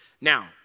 Now